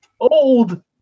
old